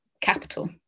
capital